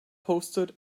posted